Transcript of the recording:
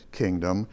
kingdom